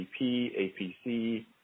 APC